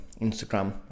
Instagram